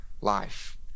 life